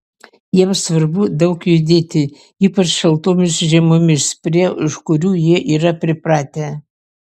jiems svarbu daug judėti ypač šaltomis žiemomis prie kurių jie yra pripratę